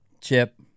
chip